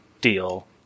deal